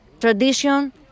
tradition